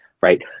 right